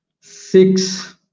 six